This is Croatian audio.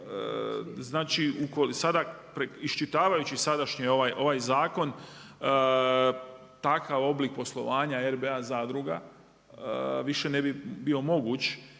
Iščitavajući sadašnji ovaj zakon takav oblik poslovanja RBA zadruga više ne bi bio moguće